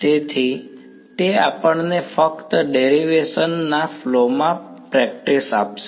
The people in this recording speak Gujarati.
તેથી તે આપણને ફક્ત ડેરીએવેશન ના ફ્લોમાં પ્રેક્ટિસ આપશે